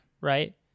Right